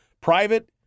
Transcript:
Private